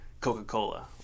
Coca-Cola